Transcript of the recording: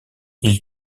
ils